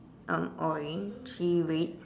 um orangey red